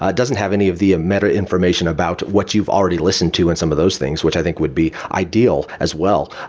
ah doesn't have any of the meta information about what you've already listened to and some of those thing, which i think would be ideal as well.